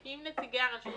נציגי הרשות.